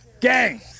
gang